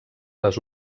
les